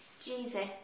Jesus